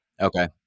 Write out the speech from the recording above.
Okay